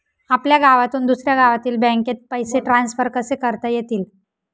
आपल्या गावातून दुसऱ्या गावातील बँकेत पैसे ट्रान्सफर कसे करता येतील?